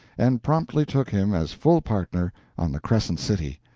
and promptly took him as full partner on the crescent city,